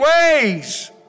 ways